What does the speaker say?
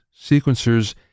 sequencers